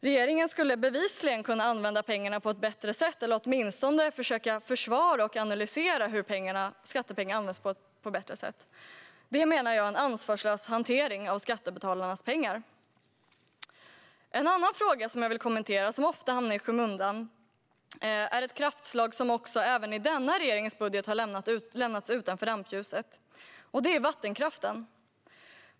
Regeringen skulle bevisligen kunna använda pengarna på ett bättre sätt, eller åtminstone försöka försvara sig och analysera hur skattepengar kan användas bättre. Det är, menar jag, en ansvarslös hantering av skattebetalarnas pengar. En annan fråga jag vill kommentera, som ofta hamnar i skymundan, gäller ett kraftslag som även i denna budget från regeringen har lämnats utanför rampljuset: vattenkraften.